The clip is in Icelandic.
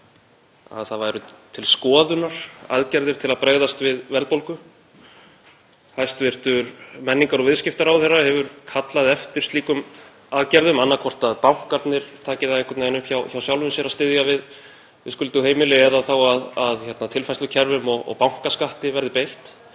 að til skoðunar væru aðgerðir til að bregðast við verðbólgu. Hæstv. menningar- og viðskiptaráðherra hefur kallað eftir slíkum aðgerðum, annaðhvort að bankarnir taki það einhvern veginn upp hjá sjálfum sér að styðja við skuldug heimili eða þá að tilfærslukerfunum og bankaskatti verði beitt.